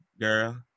girl